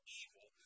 evil